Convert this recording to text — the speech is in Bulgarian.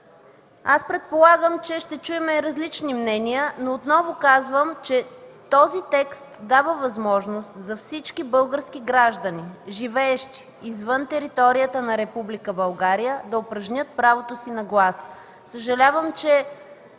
Предполагам, че ще чуем различни мнения, но отново казвам, че този текст дава възможност за всички български граждани, живеещи извън територията на Република България, да упражнят правото си на глас.